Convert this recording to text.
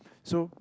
so